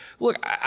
Look